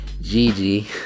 Gigi